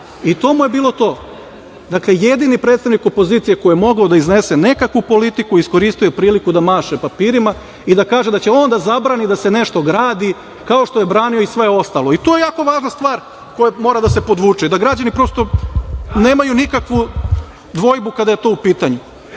i to mu je bilo to. Dakle, jedini predstavnik opozicije koji je mogao da iznese nekakvu politiku, iskoristio je priliku da maše papirima i da kaže da će on da zabrani da se nešto gradi, kao što je branio i sve ostalo. To je jako važna stvar koja mora da se podvuče, da građani, prosto, nemaju nikakvu dvojbu kada je to u pitanju. Dakle,